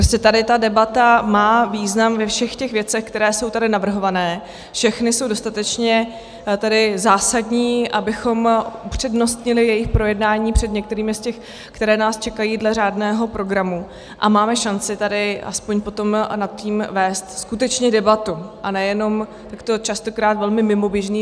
Prostě tady ta debata má význam ve všech těch věcech, které jsou tady navrhovány, všechny jsou dostatečně zásadní, abychom upřednostnili jejich projednání před některými z těch, které nás čekají dle řádného programu, a máme šanci tady aspoň potom nad tím vést skutečně debatu a ne jenom, jak to je častokrát, velmi mimoběžný dialog.